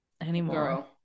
anymore